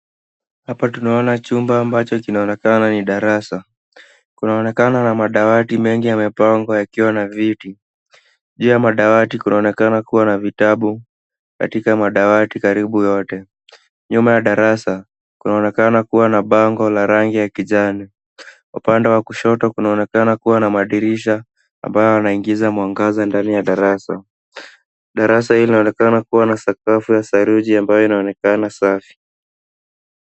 Hapa tunaona chumba ambacho kinaonekana ni darasa. Kunaonekana na madawati mengi yamepangwa yakiwa na viti. Juu ya madawati kunaonekana kuwa na vitabu katika madawati karibu yote. Nyuma ya darasa kunaonekana kuwa na bango la rangi ya kijani. Upande wa kushoto kunaonekana kuwa na madirisha ambayo yanaingiza mwangaza ndani ya darasa. Darasa hii inaonekana kuwa na sakafu ya saruji ambayo inaonekana safi.